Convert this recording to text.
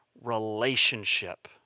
Relationship